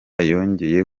yongeye